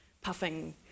puffing